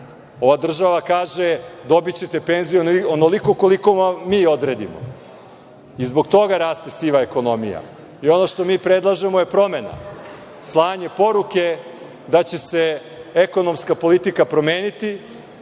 Ova država kaže – dobićete penziju onoliko koliko vam mi odredimo. I zbog toga raste siva ekonomija. Ono što mi predlažemo je promena, slanje poruke da će se ekonomska politika promeniti